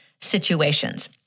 situations